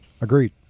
agreed